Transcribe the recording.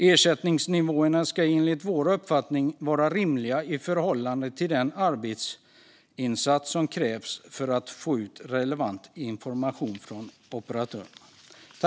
Ersättningsnivåerna ska enligt vår uppfattning vara rimliga i förhållande till den arbetsinsats som krävs för att få ut relevant information från operatörerna.